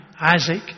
Isaac